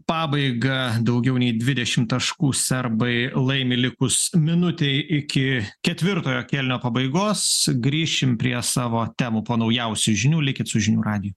pabaigą daugiau nei dvidešim taškų serbai laimi likus minutei iki ketvirtojo kėlinio pabaigos grįšim prie savo temų po naujausių žinių likit su žinių radiju